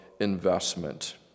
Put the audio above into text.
investment